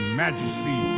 majesty